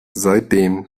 seitdem